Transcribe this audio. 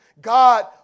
God